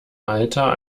alter